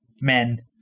Men